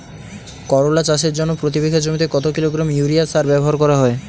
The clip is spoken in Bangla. করলা চাষের জন্য প্রতি বিঘা জমিতে কত কিলোগ্রাম ইউরিয়া সার ব্যবহার করা হয়?